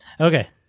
Okay